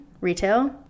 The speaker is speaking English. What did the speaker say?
retail